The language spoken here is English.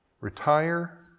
retire